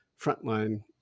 frontline